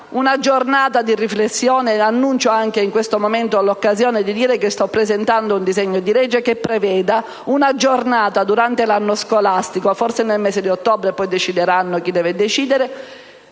una giornata di riflessione. Annuncio in questa occasione che sto presentando un disegno di legge volto a prevedere una giornata durante l'anno scolastico, forse nel mese di ottobre (poi deciderà chi deve decidere),